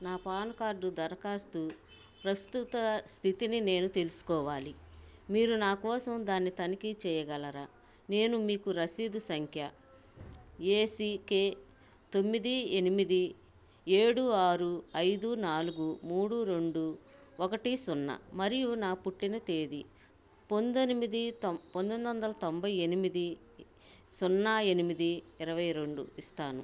నా PAN card దరఖాస్తు ప్రస్తుత స్థితిని నేను తెలుసుకోవాలి మీరు నా కోసం దాన్ని తనిఖీ చేయగలరా నేను మీకు రసీదు సంఖ్య ఏసికె తొమ్మిది ఎనిమిది ఏడు ఆరు ఐదు నాలుగు మూడు రెండు ఒకటి సున్నా మరియు నా పుట్టిన తేదీ పందొనిమిది తొం పంతొమ్మిది వందల తొంభై ఎనిమిది సున్నా ఎనిమిది ఇరవైరెండు ఇస్తాను